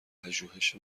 پژوهش